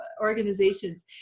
organizations